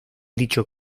dicho